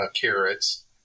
carrots